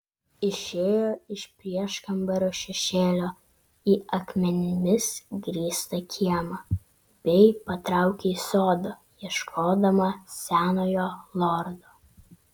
išėjo iš prieškambario šešėlio į akmenimis grįstą kiemą bei patraukė į sodą ieškodama senojo lordo